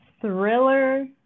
thriller